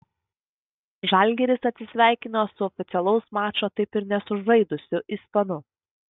žalgiris atsisveikino su oficialaus mačo taip ir nesužaidusiu ispanu